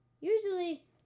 usually